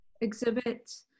exhibit